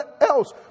else